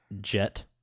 jet